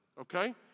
Okay